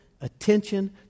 attention